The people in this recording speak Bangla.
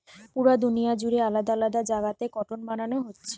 পুরা দুনিয়া জুড়ে আলাদা আলাদা জাগাতে কটন বানানা হচ্ছে